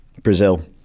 Brazil